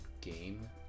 Game